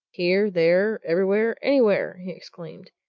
here, there, everywhere, anywhere! he exclaimed.